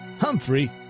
Humphrey